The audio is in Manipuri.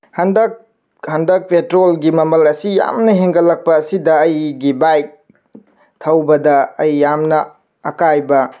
ꯍꯟꯗꯛ ꯍꯟꯗꯛ ꯄꯦꯇ꯭ꯔꯣꯜꯒꯤ ꯃꯃꯜ ꯑꯁꯤ ꯌꯥꯝꯅ ꯍꯦꯟꯒꯠꯂꯛꯄ ꯑꯁꯤꯗ ꯑꯩꯒꯤ ꯕꯥꯏꯛ ꯊꯧꯕꯗ ꯑꯩ ꯌꯥꯝꯅ ꯑꯀꯥꯏꯕ